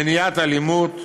מניעת אלימות,